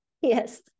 Yes